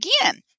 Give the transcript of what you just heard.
again